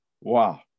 Wow